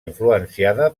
influenciada